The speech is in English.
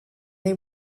they